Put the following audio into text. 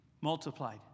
multiplied